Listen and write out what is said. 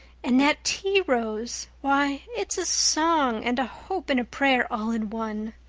and that tea rose why, it's a song and a hope and a prayer all in one.